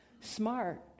Smart